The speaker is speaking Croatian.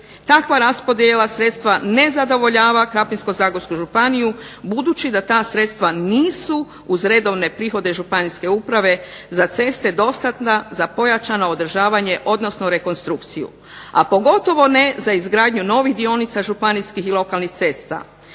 kako raspodjela sredstava ne zadovoljava Krapinsko-zagorsku županiju budući da ta sredstva nisu uz redovne prihode županijske uprave za ceste dostatna za pojačano održavanje odnosno rekonstrukciju a pogotovo ne za izgradnju novih dionica županijskih i lokalnih cesta.